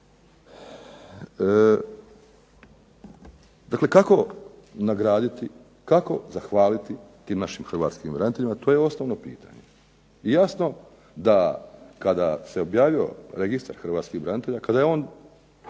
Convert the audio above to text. Dakle, kako nagraditi, kako zahvaliti tim našim Hrvatskim braniteljima, to je osnovno pitanje. Jasno da kada se objavio Registar hrvatskih branitelja, dakle